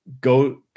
go